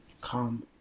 come